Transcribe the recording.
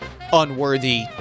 unworthy